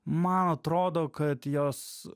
man atrodo kad jos